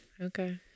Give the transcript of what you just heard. Okay